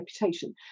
reputation